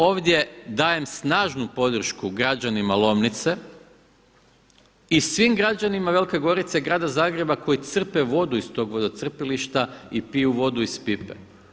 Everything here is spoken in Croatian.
Ovdje dajem snažnu podršku građanima Lomnice i svim građanima Velike Gorice i grada Zagreba koji crpe vodu iz tog vodocrpilišta i piju vodu iz pipe.